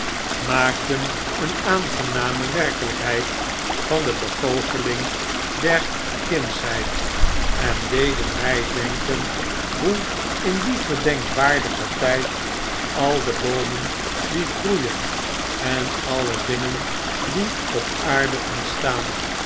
een aangename werkelijkheid van de begoocheling en der kindsheid en deden mjj denken hoe in aien gedenkwaardigen tfld al deboomendie groeien en alle dingen die op aarde ontstaan